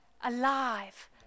Alive